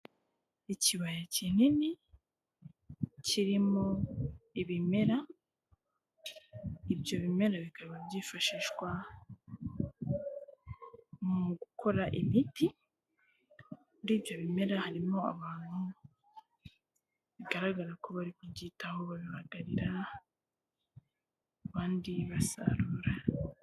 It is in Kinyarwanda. Ikibaya kinini kirimo ibimera, ibyo bimera bikaba byifashishwa mu gukora imiti, muri ibyo bimera harimo abantu bigaragara ko bari kubyitaho babibagarira, abandi basarura.